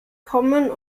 kommen